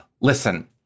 listen